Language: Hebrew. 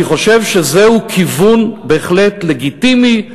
אני חושב שזה כיוון בהחלט לגיטימי,